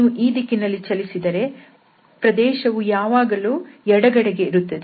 ನೀವು ಈ ದಿಕ್ಕಿನಲ್ಲಿ ಚಲಿಸಿದರೆ ಪ್ರದೇಶವು ಯಾವಾಗಲೂ ಎಡಗಡೆಗೆ ಇರುತ್ತದೆ